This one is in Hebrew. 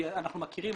אנחנו מכירים